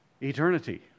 eternity